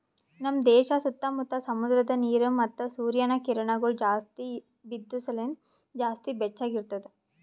ನಮ್ ದೇಶ ಸುತ್ತಾ ಮುತ್ತಾ ಸಮುದ್ರದ ನೀರ ಮತ್ತ ಸೂರ್ಯನ ಕಿರಣಗೊಳ್ ಜಾಸ್ತಿ ಬಿದ್ದು ಸಲೆಂದ್ ಜಾಸ್ತಿ ಬೆಚ್ಚಗ ಇರ್ತದ